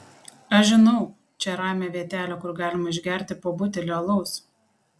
aš žinau čia ramią vietelę kur galima išgerti po butelį alaus